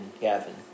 Gavin